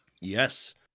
Yes